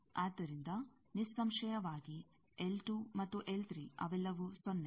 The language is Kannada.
ಆದ್ದರಿಂದ ನಿಸ್ಸಂಶಯವಾಗಿ ಮತ್ತು ಅವೆಲ್ಲವೂ ಸೊನ್ನೆ